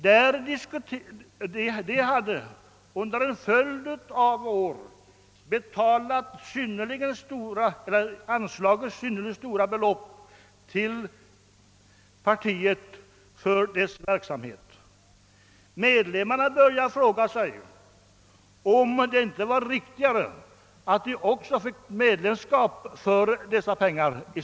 Där hade man under en följd av år anslagit synnerligen stora belopp till partiets verksamhet, och medlemmarna började fråga sig, om det inte var riktigare att också få medlemskap för dessa pengar.